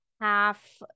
half